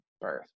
birth